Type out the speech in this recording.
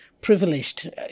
privileged